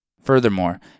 Furthermore